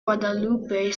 guadalupe